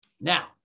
Now